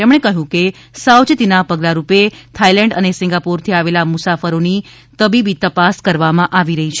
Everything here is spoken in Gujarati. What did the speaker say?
તેમણે કહ્યું કે સાવચેતીના પગલારૂપે થાઇલેન્ડ અને સિંગાપુરથી આવેલા મુસાફરોની તબીબી તપાસ કરવામાં આવી રહી છે